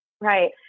right